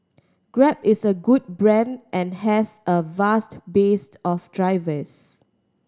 Grab is a good brand and has a vast based of drivers